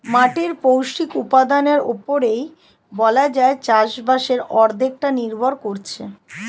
মাটির পৌষ্টিক উপাদানের উপরেই বলা যায় চাষবাসের অর্ধেকটা নির্ভর করছে